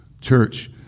church